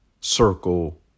circle